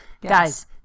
Guys